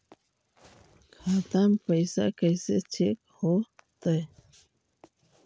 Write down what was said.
खाता में पैसा कैसे चेक हो तै?